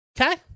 Okay